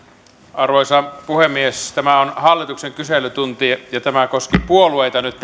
arvoisa puhemies tämä on hallituksen kyselytunti ja tämä ehdotus koski nyt